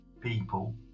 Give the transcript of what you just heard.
people